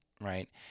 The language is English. right